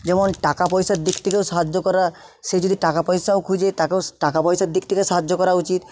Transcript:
যেমন টাকা পয়সার দিক থেকেও সাহায্য করা সে যদি টাকা পয়সাও খোঁজে তাকেও টাকা পয়সার দিক থেকে সাহায্য করা উচিত